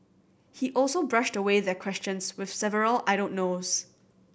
he also brushed away their questions with several I don't knows